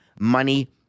money